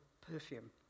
perfume